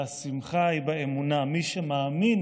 והשמחה היא באמונה, מי שמאמין